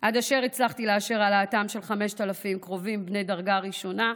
עד אשר הצלחתי לאשר העלאתם של 5,000 קרובים בני דרגה ראשונה,